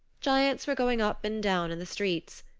giants were going up and down in the streets.